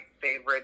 favorite